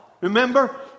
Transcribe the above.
remember